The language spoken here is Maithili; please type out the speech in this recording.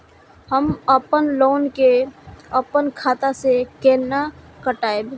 हम अपन लोन के अपन खाता से केना कटायब?